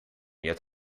yet